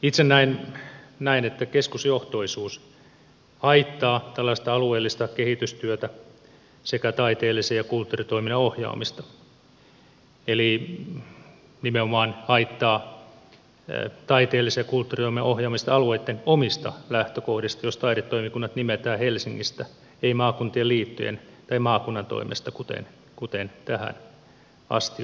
itse näen että keskusjohtoisuus haittaa tällaista alueellista kehitystyötä sekä taiteellisen ja kulttuuritoiminnan ohjaamista eli nimenomaan haittaa taiteellisten ja kulttuuriohjelmien ohjaamista alueitten omista lähtökohdista jos taidetoimikunnat nimetään helsingistä ei maakuntien liittojen tai maakunnan toimesta kuten tähän asti on tehty